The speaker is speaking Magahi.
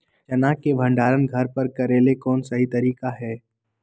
चना के भंडारण घर पर करेले कौन सही तरीका है?